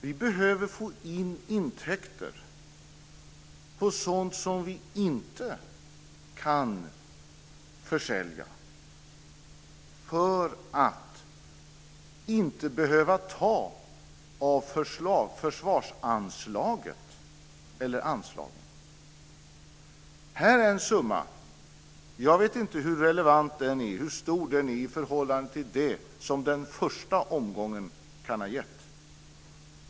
Man behöver få in intäkter för sådant som man inte kan försälja för att inte behöva ta av försvarsanslaget. Jag vet inte hur relevant denna summa är eller hur stor den är i förhållande till det som den första omgången kan ha gett.